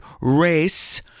race